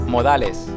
Modales